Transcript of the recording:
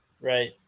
Right